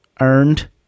earned